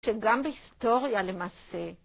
שגם בהיסטוריה למעשה.